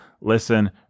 listen